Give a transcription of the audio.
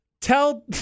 Tell